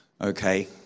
Okay